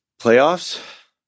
Playoffs